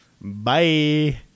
Bye